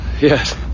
Yes